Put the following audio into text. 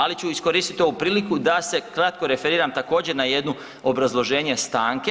Ali ću iskoristiti ovu priliku da se kratko referiram također, na jednu obrazloženje stanke.